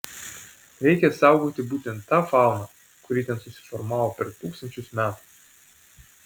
reikia saugoti būtent tą fauną kuri ten susiformavo per tūkstančius metų